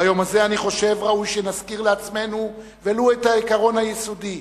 ביום הזה אני חושב שראוי שנזכיר לעצמנו ולו את העיקרון היסודי,